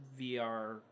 VR